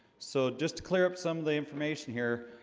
so just to clear up some of the information here,